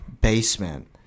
basement